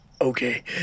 Okay